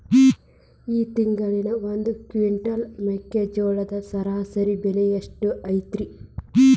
ಈ ತಿಂಗಳ ಒಂದು ಕ್ವಿಂಟಾಲ್ ಮೆಕ್ಕೆಜೋಳದ ಸರಾಸರಿ ಬೆಲೆ ಎಷ್ಟು ಐತರೇ?